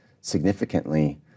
significantly